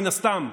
מן הסתם,